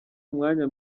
umwanya